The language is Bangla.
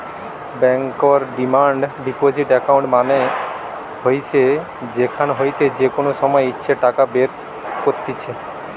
বেঙ্কর ডিমান্ড ডিপোজিট একাউন্ট মানে হইসে যেখান হইতে যে কোনো সময় ইচ্ছে টাকা বের কত্তিছে